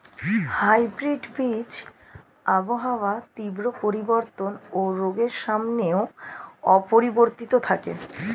hybrid বীজ আবহাওয়ার তীব্র পরিবর্তন ও রোগের সামনেও অপরিবর্তিত থাকে